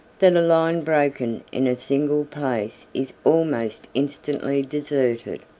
that a line broken in a single place is almost instantly deserted.